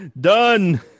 Done